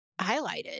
highlighted